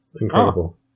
Incredible